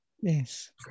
yes